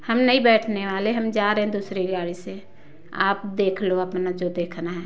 हम नहीं बैठने वाले हम जा रहे दूसरी गाड़ी से आप देख लो अपना जो देखना है